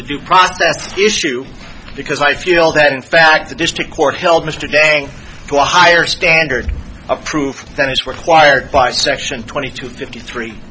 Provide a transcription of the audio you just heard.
the due process issue because i feel that in fact the district court held mr de higher standard of proof than is required by section twenty two fifty three